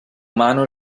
mano